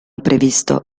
previsto